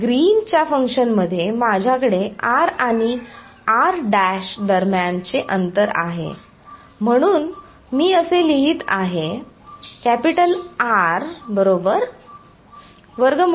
ग्रीनच्या फंक्शनमध्ये माझ्याकडे r आणि r' दरम्यानचे अंतर आहे म्हणून मी असे लिहित आहे